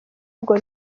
bwo